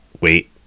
wait